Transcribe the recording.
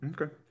Okay